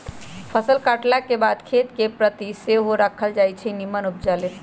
फसल काटलाके बाद खेत कें परति सेहो राखल जाई छै निम्मन उपजा लेल